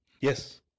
Yes